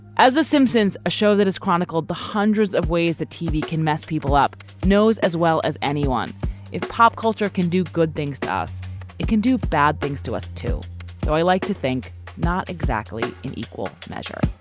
as a simpsons a show that has chronicled the hundreds of ways that tv can mess people up knows as well as anyone if pop culture can do good things to us it can do bad things to us too. so i like to think not exactly in equal measure.